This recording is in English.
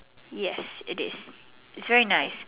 yes it is it's very nice